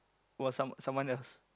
was some someone else